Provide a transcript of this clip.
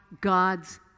God's